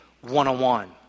one-on-one